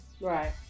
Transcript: Right